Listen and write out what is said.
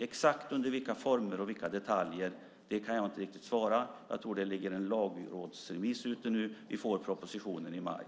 Exakta former och detaljer för detta kan jag inte svara på. Jag tror att det ligger en lagrådsremiss nu. Vi får propositionen i maj.